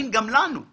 יש